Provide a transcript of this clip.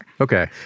Okay